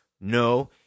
no